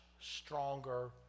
stronger